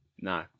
No